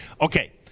Okay